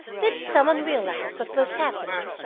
did some one realize what was happening,